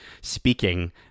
speaking